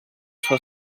sua